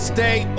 Stay